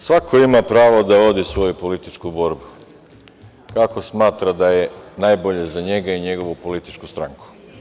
Svako ima pravo da vodi svoju političku borbu kako smatra da je najbolje za njega i njegovu političku stranku.